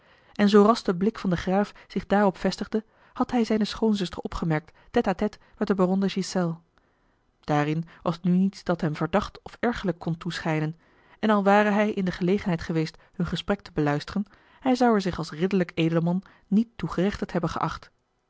en zoo ras de blik van den graaf zich daarop vestigde had hij zijne schoonzuster opgemerkt tête à a l g bosboom-toussaint de delftsche wonderdokter eel den baron de ghiselles daarin was nu niets dat hem verdacht of ergerlijk kon toeschijnen en al ware hij in de gelegenheid geweest hun gesprek te beluisteren hij zou er zich als ridderlijk edelman niet toe gerechtigd hebben geacht